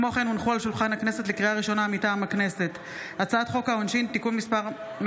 מאת חברי הכנסת יבגני סובה,